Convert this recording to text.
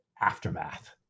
aftermath